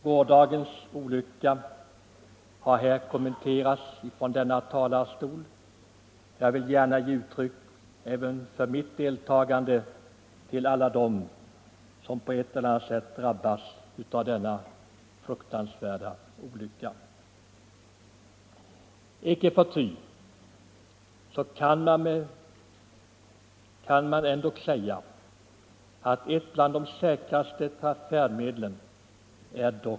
Gårdagens olycka har kommenterats från denna talarstol, och även jag vill gärna ge uttryck för mitt deltagande med alla dem som på ett eller annat sätt drabbats av denna fruktansvärda olycka. Icke förty kan man säga att järnvägarna är ett av de säkraste färdmedlen.